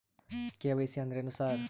KYC ಅಂದ್ರೇನು sir?